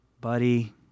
buddy